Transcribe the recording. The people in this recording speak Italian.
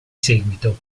seguito